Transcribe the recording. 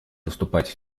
выступать